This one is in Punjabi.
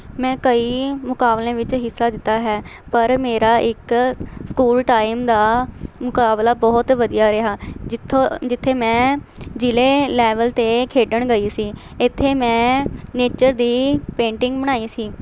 ਮੈਂ ਕਈ ਮੁਕਾਬਲਿਆਂ ਵਿੱਚ ਹਿੱਸਾ ਦਿੱਤਾ ਹੈ ਪਰ ਮੇਰਾ ਇੱਕ ਸਕੂਲ ਟਾਈਮ ਦਾ ਮੁਕਾਬਲਾ ਬਹੁਤ ਵਧੀਆ ਰਿਹਾ ਜਿੱਥੋਂ ਜਿੱਥੇ ਮੈਂ ਜ਼ਿਲ੍ਹੇ ਲੈਵਲ 'ਤੇ ਖੇਡਣ ਗਈ ਸੀ ਇੱਥੇ ਮੈਂ ਨੇਚਰ ਦੀ ਪੇਂਟਿੰਗ ਬਣਾਈ ਸੀ